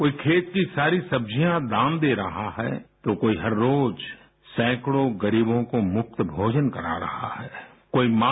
कोई खेत की सारी सब्जियाँ दान दे रहा है तो कोई हर रोज सैंकड़ों गरीबों को मुफ्त भोजन करा रहा है कोई जें